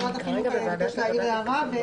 משרד החינוך ביקש להעיר הערה.